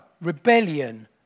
rebellion